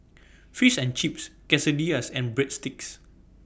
Fish and Chips Quesadillas and Breadsticks